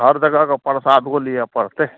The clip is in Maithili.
हर जगहके परसादो लिए पड़तै